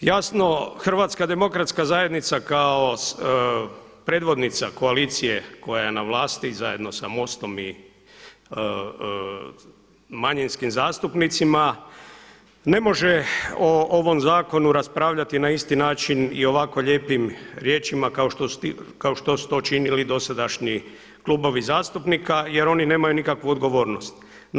Jasno Hrvatska demokratska zajednica kao predvodnica koalicije koja je na vlasti zajedno sa Mostom i manjinskim zastupnicima ne može o ovom zakonu raspravljati na isti način i ovako lijepim riječima kao što su to činili dosadašnji klubovi zastupnika jer oni nemaju nikakvu odgovornost.